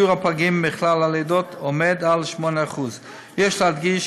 שיעור הפגים בכלל הלידות עומד על 8%. יש להדגיש